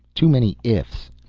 too many ifs.